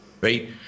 right